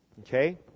Okay